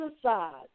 aside